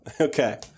Okay